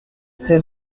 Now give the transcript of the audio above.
ces